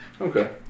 Okay